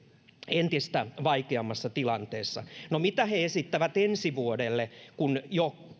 entistä vaikeammassa tilanteessa no mitä he esittävät ensi vuodelle kun jo